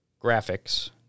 graphics